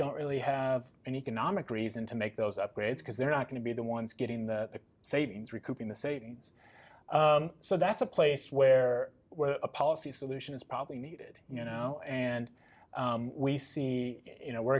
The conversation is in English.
don't really have an economic reason to make those upgrades because they're not going to be the ones getting the savings recouping the savings so that's a place where a policy solution is probably needed you know and we see you know we're